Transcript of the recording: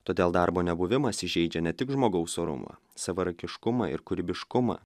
todėl darbo nebuvimas įžeidžia ne tik žmogaus orumą savarankiškumą ir kūrybiškumą